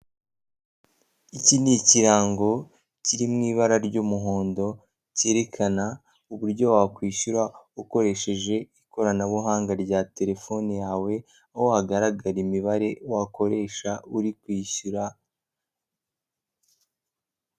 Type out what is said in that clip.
Iki ni ikirango kiri mu ibara ry'umuhondo cyerekana uburyo wakwishyura ukoresheje ikoranabuhanga rya telefoni yawe, aho hagaragara imibare wakoresha uri kwishyura.